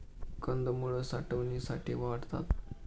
कंदमुळं साठवणीसाठी वाढतात